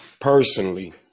personally